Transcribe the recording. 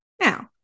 Now